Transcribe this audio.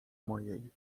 mojej